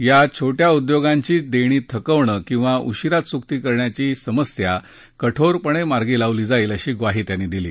या छोटया उदयोगांची देणी थकवणं किंवा उशीरा चुकती करण्याची समस्या कठोरपणे मार्गी लावली जाईल अशी ग्वाही त्यांनी दिली